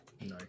Nice